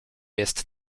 jest